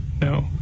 No